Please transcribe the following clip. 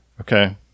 Okay